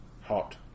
Hot